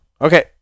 Okay